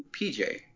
PJ